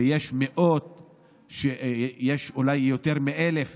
ויש מאות, אולי יש יותר מ-1,000.